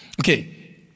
Okay